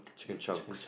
chicken chunks